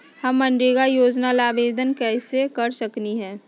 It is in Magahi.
हम मनरेगा योजना ला कैसे आवेदन कर सकली हई?